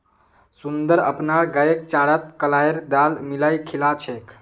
सुंदर अपनार गईक चारात कलाईर दाल मिलइ खिला छेक